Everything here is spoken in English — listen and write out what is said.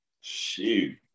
Shoot